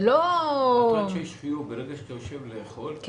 יש חיוב ברגע שאתה יושב לאכול,